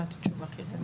תודה.